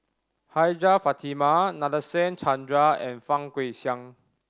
Hajjah Fatimah Nadasen Chandra and Fang Guixiang